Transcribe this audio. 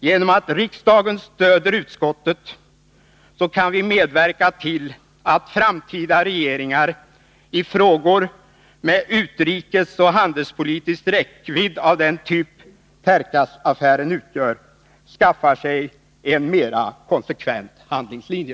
Genom att riksdagen stödjer utskottet kan vi medverka till att framtida regeringar i frågor med utrikesoch handelspolitisk räckvidd av den typ Tercasaffären utgör skaffar sig en mer konsekvent handlingslinje.